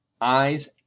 eyes